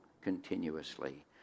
continuously